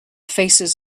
faces